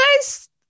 guys